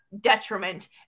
detriment